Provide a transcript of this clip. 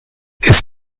ist